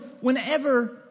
whenever